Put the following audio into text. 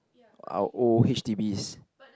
our old H_D_Bs